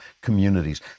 communities